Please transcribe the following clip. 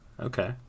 Okay